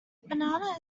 banana